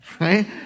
right